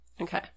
Okay